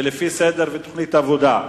ולפי סדר ותוכנית עבודה.